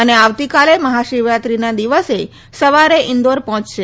અને આવતીકાલે મહાશિવરાત્રીના દિવસે સવારે ઇન્દોર પહોંચશે